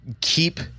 keep